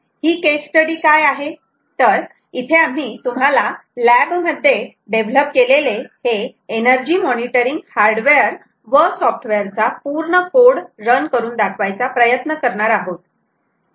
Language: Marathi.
ही केस स्टडी काय आहे तर इथे आम्ही तुम्हाला लॅब मध्ये डेव्हलप केलेले हे एनर्जी मॉनिटरिंग हार्डवेअर व सॉफ्टवेअर चा पूर्ण कोड रन करून दाखवायचा प्रयत्न करणार आहोत